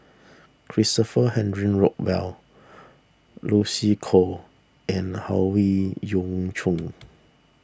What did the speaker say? Christopher Henry Rothwell Lucy Koh and Howe Yoon Chong